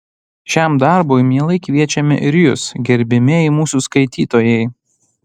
šiam darbui mielai kviečiame ir jus gerbiamieji mūsų skaitytojai